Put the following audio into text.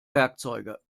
werkzeuge